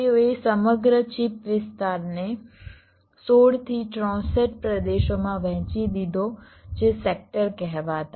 તેઓએ સમગ્ર ચિપ વિસ્તારને 16 થી 64 પ્રદેશોમાં વહેંચી દીધો જે સેક્ટર કહેવાતા